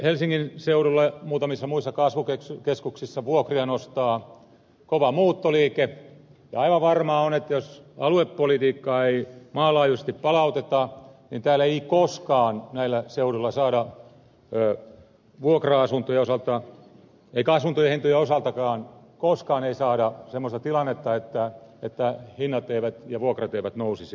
helsingin seudulla ja muutamissa muissa kasvukeskuksissa vuokria nostaa kova muuttoliike ja aivan varmaa on että jos aluepolitiikkaa ei maanlaajuisesti palauteta niin näillä seuduilla vuokra asuntojen osalta eikä asuntojen hintojenkaan osalta koskaan ei saada semmoista tilannetta että hinnat ja vuokrat eivät nousisi